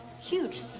Huge